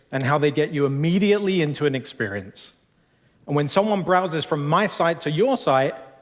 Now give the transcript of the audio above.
and how they get you immediately into an experience. and when someone browses from my site to your site,